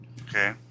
Okay